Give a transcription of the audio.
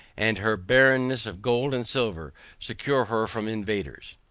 and her barrenness of gold and silver secure her from invaders.